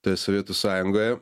toj sovietų sąjungoje